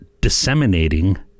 disseminating